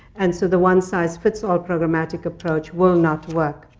and so the one size fits all programmatic approach will not work.